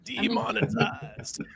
Demonetized